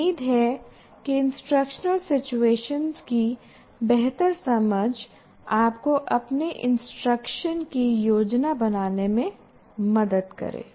उम्मीद है कि इंस्ट्रक्शनल सिचुएशंस की बेहतर समझ आपको अपने इंस्ट्रक्शन की योजना बनाने में मदद करें